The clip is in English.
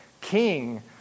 king